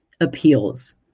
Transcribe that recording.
appeals